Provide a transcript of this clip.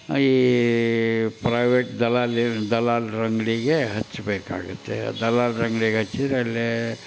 ಈ ಪ್ರೈವೇಟ್ ದಲ್ಲಾಳಿ ದಲ್ಲಾಳ್ರ ಅಂಗಡಿಗೆ ಹಚ್ಚಬೇಕಾಗುತ್ತೆ ದಲ್ಲಾಳ್ರು ಅಂಗಡಿಗೆ ಹಚ್ಚಿದ್ರೆ ಅಲ್ಲಿ